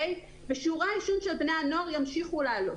ושיעורי העישון של בני הנוער ימשיכו לעלות.